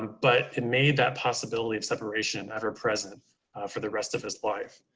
but it made that possibility of separation ever present for the rest of his life.